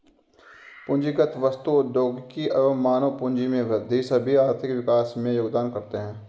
पूंजीगत वस्तु, प्रौद्योगिकी और मानव पूंजी में वृद्धि सभी आर्थिक विकास में योगदान करते है